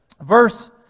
Verse